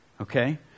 Okay